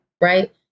Right